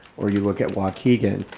or you look at waukegan,